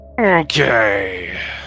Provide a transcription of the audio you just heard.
Okay